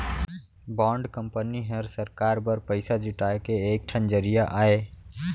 bond company हर सरकार बर पइसा जुटाए के एक ठन जरिया अय